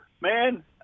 man